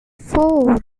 four